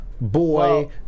boy